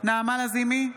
נעמה לזימי,